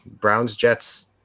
Browns-Jets